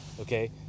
okay